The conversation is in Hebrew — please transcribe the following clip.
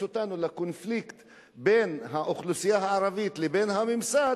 אותנו לקונפליקט בין האוכלוסייה הערבית לבין הממסד,